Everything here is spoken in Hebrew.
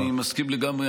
אני מסכים לגמרי.